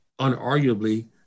unarguably